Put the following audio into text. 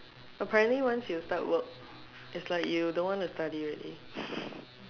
apparently once you start work is like you don't wanna study already